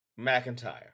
McIntyre